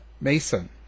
Mason